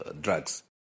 drugs